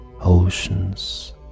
oceans